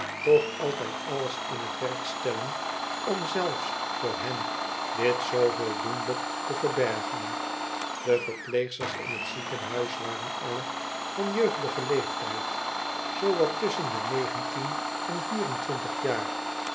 toch altijd alles in het werk stellen om zelfs voor hen dit zooveel doenlijk te verbergen de verpleegsters in het ziekenhuis waren alle van jeugdigen leeftijd zoo wattusschen de negentien en vier cn twintig jaar